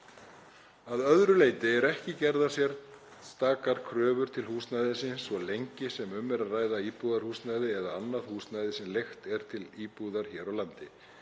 Að öðru leyti eru ekki gerðar sérstakar kröfur til húsnæðisins svo lengi sem um er að ræða íbúðarhúsnæði eða annað húsnæði sem leigt er til íbúðar hér á landi.